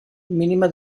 mínima